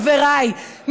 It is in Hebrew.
חבריי,